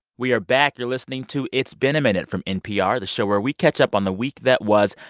we are back. you're listening to it's been a minute from npr, the show where we catch up on the week that was.